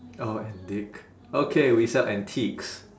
orh and dig okay we sell antiques